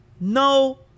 no